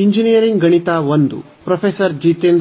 engineering ಗಣಿತ I ರ ಉಪನ್ಯಾಸಗಳಿಗೆ